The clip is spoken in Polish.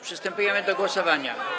Przystępujemy do głosowania.